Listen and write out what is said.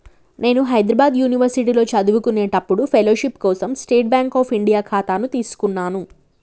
నేను హైద్రాబాద్ యునివర్సిటీలో చదువుకునేప్పుడు ఫెలోషిప్ కోసం స్టేట్ బాంక్ అఫ్ ఇండియా ఖాతాను తీసుకున్నాను